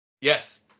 Yes